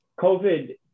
COVID